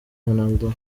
ronaldo